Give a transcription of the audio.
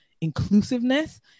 inclusiveness